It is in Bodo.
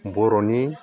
बर'नि